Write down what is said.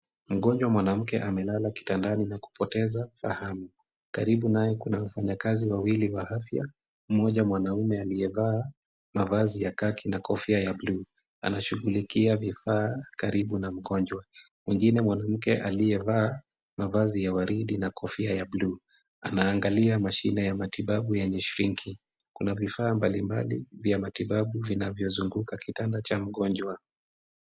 Mgonjwa mwanamke amelala kitandani na kupoteza fahamu. Karibu naye kuna mfanyakazi wawili wa afya. Mmoja mwanaume aliyevaa mavazi ya kaki na kofia ya bluu. Anashughulikia vifaa karibu na mgonjwa. Mwingine mwanamke aliyevaa mavazi ya waridi na kofia ya bluu anaangalia mashine ya matibabu yenye shrinki . Kuna vifaa mbalimbali vya matibabu vinavyozunguka kitanda cha mgonjwa.